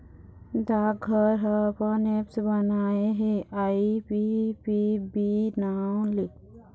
डाकघर ह अपन ऐप्स बनाए हे आई.पी.पी.बी नांव ले